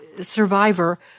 survivor